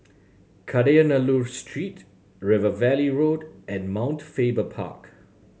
Kadayanallur Street River Valley Road and Mount Faber Park